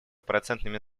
процентными